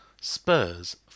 Spurs